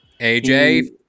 AJ